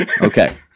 Okay